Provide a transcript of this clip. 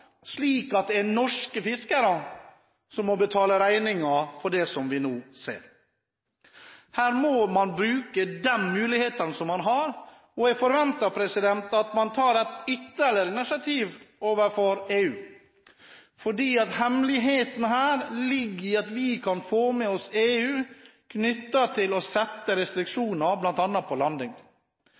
slik at det er norske fiskere som må betale regningen for det vi nå ser. Her må man bruke de mulighetene man har. Jeg forventer at man tar ytterligere initiativ overfor EU, for hemmeligheten her ligger i at vi får med oss EU når det gjelder å sette restriksjoner, bl.a. på landing.